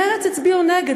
מרצ הצביעו נגד.